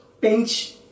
pinch